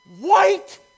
White